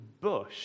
bush